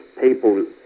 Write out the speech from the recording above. people